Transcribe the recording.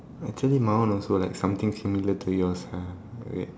actually my one also like something similar to yours ah